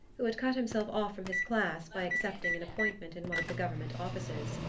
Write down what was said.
who had cut himself off from his class by accepting an appointment in one of the government offices.